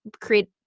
create